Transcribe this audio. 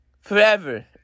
forever